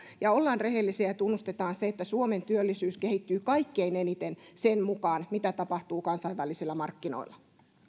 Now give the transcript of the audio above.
ja ollaan rehellisiä ja tunnustetaan se että suomen työllisyys kehittyy kaikkein eniten sen mukaan mitä tapahtuu kansainvälisillä markkinoilla